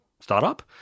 startup